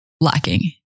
lacking